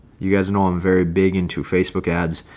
you guys know i'm very big into facebook ads.